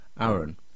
Aaron